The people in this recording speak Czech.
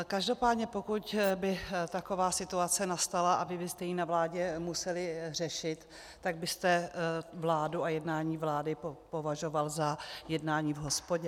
Každopádně pokud by taková situace nastala a vy byste ji na vládě museli řešit, tak byste vládu a jednání vlády považoval za jednání v hospodě?